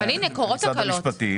אבל הנה, קורות תקלות.